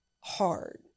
hard